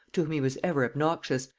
to whom he was ever obnoxious,